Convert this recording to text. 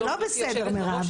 זה לא בסדר, מירב.